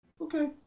Okay